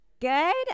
good